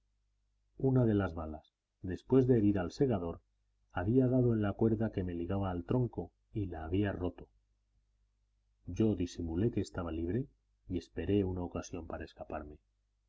una de las balas después de herir al segador había dado en la cuerda que me ligaba al tronco y la había roto yo disimulé que estaba libre y esperé una ocasión para escaparme